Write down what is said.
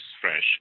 fresh